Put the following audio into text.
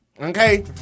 Okay